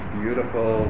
beautiful